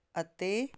ਅਤੇ